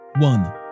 one